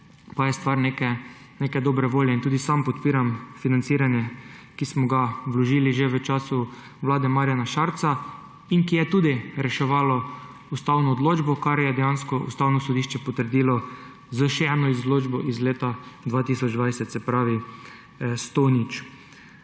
pa je stvar neke dobre volje. Tudi sam podpiram financiranje, ki smo ga vložili že v času vlade Marjana Šarca in ki je tudi reševalo ustavno odločbo, kar je dejansko Ustavno sodišče potrdilo s še eno odločbo iz leta 2020, se pravi 100